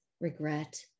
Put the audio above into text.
regret